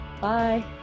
Bye